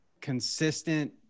consistent